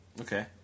Okay